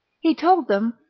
he told him,